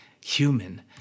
human